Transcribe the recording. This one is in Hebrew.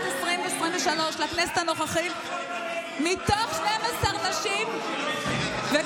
2023 לכנסת הנוכחית מתוך 12. למה אתן כופות עליהן להיות?